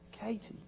Katie